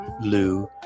Lou